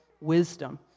wisdom